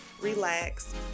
relax